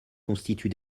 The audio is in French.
constitue